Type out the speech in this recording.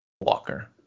Walker